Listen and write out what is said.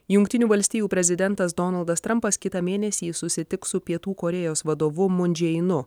jungtinių valstijų prezidentas donaldas trampas kitą mėnesį susitiks su pietų korėjos vadovu mun džėinu